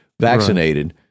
vaccinated